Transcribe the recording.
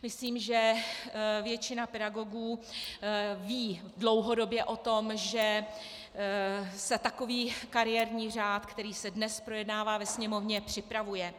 Myslím, že většina pedagogů ví dlouhodobě o tom, že se takový kariérní řád, který se dnes projednává ve Sněmovně, připravuje.